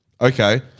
Okay